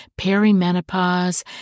perimenopause